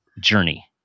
journey